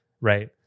Right